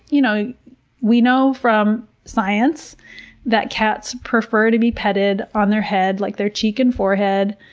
you know we know from science that cats prefer to be petted on their head, like their cheeks and forehead,